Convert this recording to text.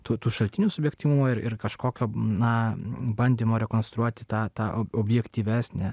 tų tų šaltinių subjektyvumo ir kažkokio na bandymo rekonstruoti tą tą objektyvesnę